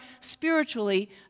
spiritually